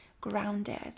grounded